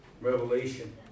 revelation